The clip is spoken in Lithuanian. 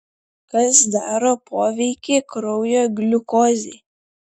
kas daro poveikį kraujo gliukozei